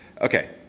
okay